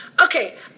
Okay